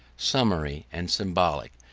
summary, and symbolic,